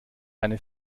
eine